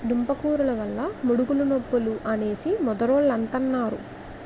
దుంపకూరలు వల్ల ముడుకులు నొప్పులు అనేసి ముదరోలంతన్నారు